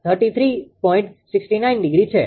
69° છે